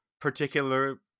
particular